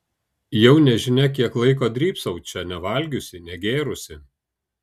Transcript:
jau nežinia kiek laiko drybsau čia nevalgiusi negėrusi